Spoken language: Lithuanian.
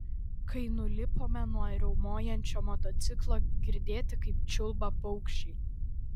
kai nulipome nuo riaumojančio motociklo girdėti kaip čiulba paukščiai